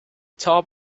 top